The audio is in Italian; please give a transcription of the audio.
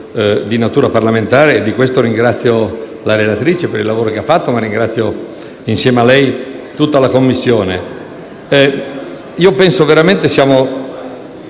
Grazie